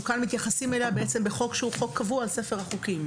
אנחנו מתייחסים אליה בחוק שהוא חוק קבוע על ספר החוקים.